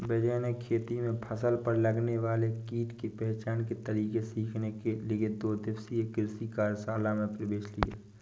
विजय ने खेती में फसल पर लगने वाले कीट के पहचान के तरीके सीखने के लिए दो दिवसीय कृषि कार्यशाला में प्रवेश लिया